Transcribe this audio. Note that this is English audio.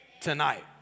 tonight